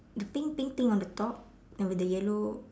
the pink pink thing on the top and with the yellow